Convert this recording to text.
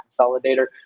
consolidator